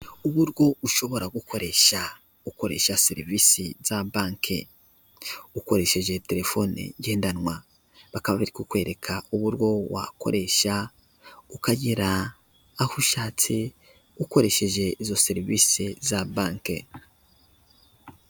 Ubaryo ushobora gukoresha ukoresha serivise za bake, ukoresheje terefone ngendanwa bakaba bari kukwereka uburyo wakoresha ukagera aho ushatse ukoresheje izo serivise za bake.